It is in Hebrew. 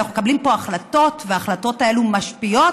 אנחנו מקבלים פה החלטות וההחלטות האלו משפיעות.